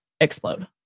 explode